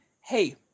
Hey